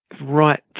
right